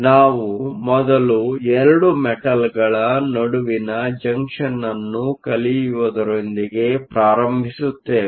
ನಾವು ಮೊದಲು 2 ಮೆಟಲ್Metalಗಳ ನಡುವಿನ ಜಂಕ್ಷನ್ ಅನ್ನು ಕಲಿಯುವುದರೊಂದಿಗೆ ಪ್ರಾರಂಭಿಸುತ್ತೇವೆ